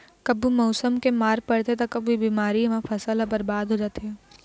कभू मउसम के मार परथे त कभू बेमारी म फसल ह बरबाद हो जाथे